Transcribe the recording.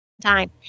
time